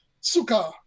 Suka